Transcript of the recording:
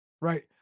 right